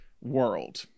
world